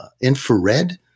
infrared